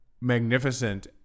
magnificent